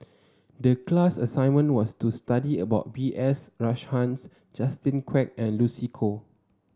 the class assignment was to study about B S Rajhans Justin Quek and Lucy Koh